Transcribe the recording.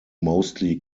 mostly